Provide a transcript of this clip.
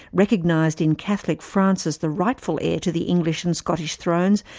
recognised in catholic france as the rightful heir to the english and scottish thrones,